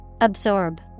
Absorb